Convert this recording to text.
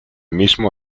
mismo